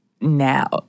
now